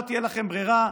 לא תהיה לכם ברירה,